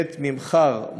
בית-ממכר,